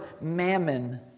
mammon